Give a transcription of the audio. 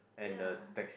ya